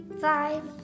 five